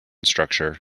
structure